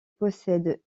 possède